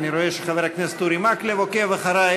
אני רואה שחבר הכנסת אורי מקלב עוקב אחרי,